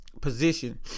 position